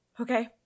Okay